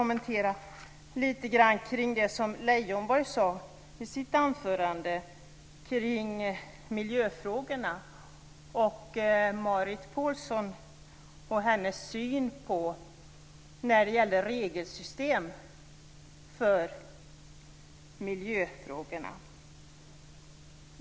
Jag vill också kommentera det som Leijonborg sade i sitt anförande om miljöfrågorna och om Marit Paulsen och hennes syn på regelsystem för miljöfrågorna.